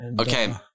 Okay